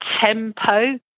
tempo